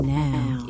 now